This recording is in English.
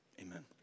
amen